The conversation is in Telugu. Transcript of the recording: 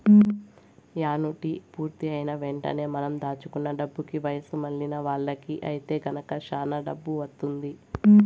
యాన్యుటీ పూర్తయిన వెంటనే మనం దాచుకున్న డబ్బుకి వయసు మళ్ళిన వాళ్ళకి ఐతే గనక శానా వడ్డీ వత్తుంది